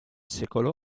sec